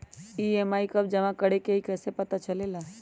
EMI कव जमा करेके हई कैसे पता चलेला?